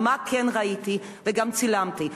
מה כן ראיתי וגם צילמתי?